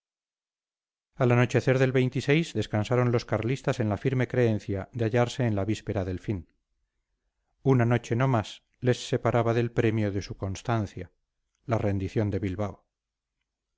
al anochecer del descansaron los carlistas en la firme creencia de hallarse en la víspera del fin una noche no más les separaba del premio de su constancia la rendición de bilbao